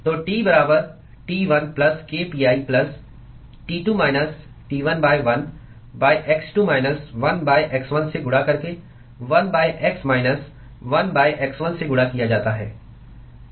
तो T बराबर T1 plus k pi plus T2 minus T1 1 x2 minus 1 x 1 से गुणा करके 1 x माइनस 1 x 1 से गुणा किया जाता है